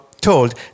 told